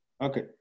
Okay